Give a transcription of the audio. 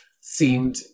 seemed